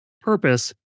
purpose